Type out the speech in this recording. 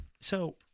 So-